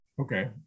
Okay